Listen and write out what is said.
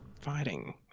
fighting